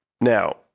Now